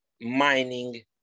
mining